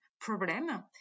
problem